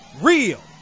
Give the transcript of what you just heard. real